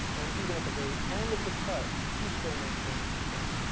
and then even at the very end of the cut, you still maintain control.